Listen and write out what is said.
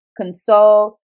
console